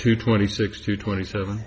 to twenty six to twenty seven